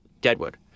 Deadwood